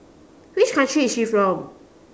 which country is she from